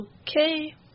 Okay